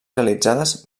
realitzades